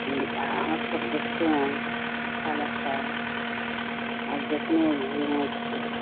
ہم اور سب دیکھتے ہیں اچھا لگتا ہے اور جتنے بھی ہیں